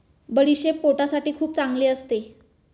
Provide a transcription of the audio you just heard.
बडीशेप पोटासाठी खूप चांगली असते